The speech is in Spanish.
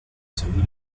seguir